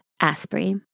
Asprey